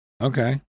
Okay